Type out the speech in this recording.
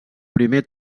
primer